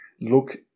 look